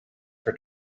for